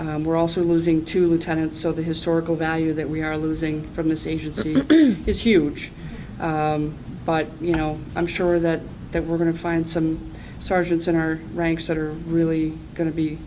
and we're also losing two lieutenants so the historical value that we are losing from this agency is huge but you know i'm sure that that we're going to find some sergeants in our ranks that are really going to be